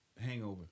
Hangover